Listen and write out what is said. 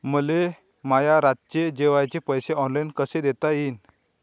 मले माया रातचे जेवाचे पैसे ऑनलाईन कसे देता येईन?